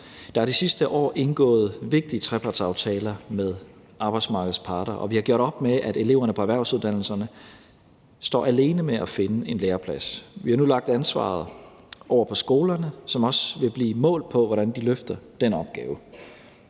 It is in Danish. Der er det sidste år indgået vigtige trepartsaftaler med arbejdsmarkedets parter, og vi har gjort op med, at eleverne på erhvervsuddannelserne står alene med at finde en læreplads. Vi har nu lagt ansvaret over på skolerne, som også vil blive målt på, hvordan de løfter den opgave;